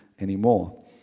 anymore